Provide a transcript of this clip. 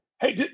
Hey